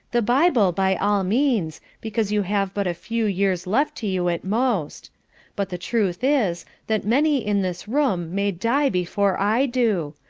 the bible by all means, because you have but a few years left to you at most but the truth is, that many in this room may die before i do.